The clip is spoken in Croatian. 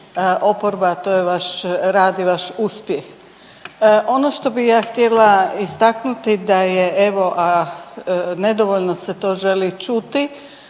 oporba, a to je vaš rad i vaš uspjeh. Ono što bih ja htjela istaknuti da je evo, a nedovoljno se to želi čuti